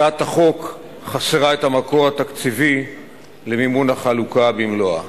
הצעת החוק חסרה את המקור התקציבי למימון החלוקה במלואה.